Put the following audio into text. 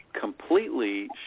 completely